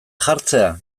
jartzea